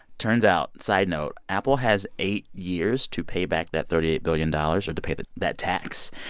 turns out side note apple has eight years to pay back that thirty eight billion dollars or to pay that that tax,